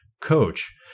coach